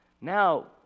now